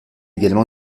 également